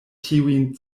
tiujn